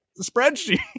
spreadsheet